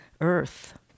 Earth